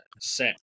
set